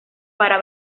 para